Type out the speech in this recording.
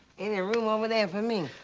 any room over there for me?